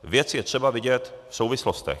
Věc je třeba vidět v souvislostech.